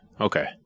Okay